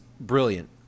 brilliant